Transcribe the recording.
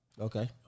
Okay